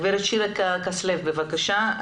גב' שירה כסלו בבקשה,